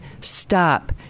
stop